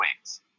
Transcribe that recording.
wings